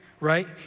right